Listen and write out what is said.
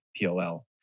PLL